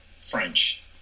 French